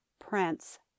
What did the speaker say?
Prince